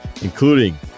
including